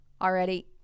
already